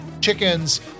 chickens